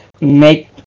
make